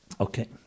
Okay